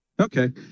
Okay